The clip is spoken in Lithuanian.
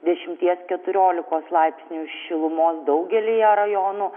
dešimties keturiolikos laipsnių šilumos daugelyje rajonų